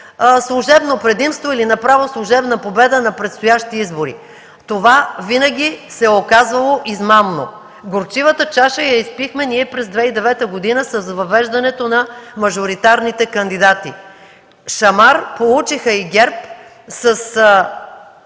служебно предимство или направо служебна победа на предстоящи избори. Това винаги се е оказвало измамно. Горчивата чаша я изпихме ние през 2009 г. с въвеждането на мажоритарните кандидати. Шамар получиха и ГЕРБ с